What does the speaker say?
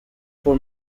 for